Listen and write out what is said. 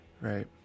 right